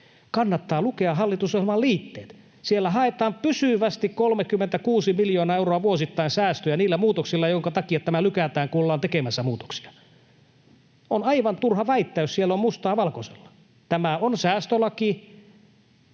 kannattaa lukea hallitusohjelman liitteet, siellä haetaan pysyvästi 36 miljoonaa euroa vuosittain säästöjä niillä muutoksilla, joiden takia tämä lykätään, kun ollaan tekemässä muutoksia. On aivan turha väittää, jos siellä on mustaa valkoisella. Tämä on säästölaki.